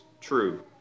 true